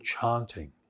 chanting